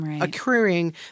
occurring